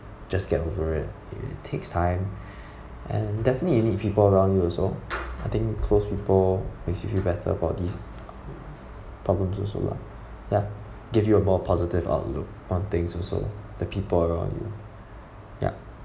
just get over it it takes time and definitely you need people around you also I think close people makes you feel better for these problems also lah ya give you a more positive outlook on things also the people around you ya